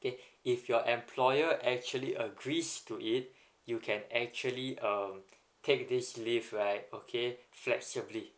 k if your employer actually agrees to it you can actually um take this leave right okay flexibly